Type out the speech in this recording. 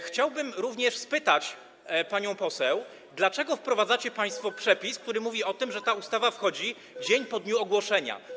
Chciałbym również spytać panią poseł, dlaczego wprowadzacie państwo przepis, który mówi o tym, że ta ustawa wchodzi w życie dzień po dniu ogłoszenia.